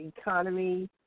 economy